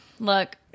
Look